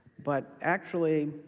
but actually,